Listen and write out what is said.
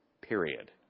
period